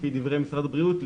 לפי דברי משרד הבריאות,